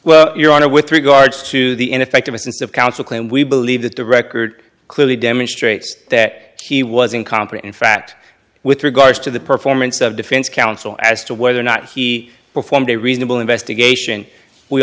well your honor with regards to the in effect innocence of counsel claim we believe that the record clearly demonstrates that he was incompetent fact with regards to the performance of defense counsel as to whether or not he performed a reasonable investigation we